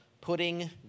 putting